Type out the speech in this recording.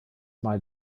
mal